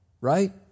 right